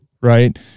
right